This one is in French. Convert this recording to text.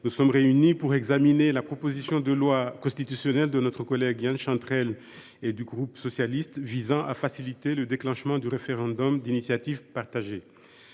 nous sommes réunis pour examiner la proposition de loi constitutionnelle de notre collègue Yan Chantrel et du groupe Socialiste, Écologiste et Républicain, visant à faciliter le déclenchement du référendum d’initiative partagée.